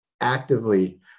actively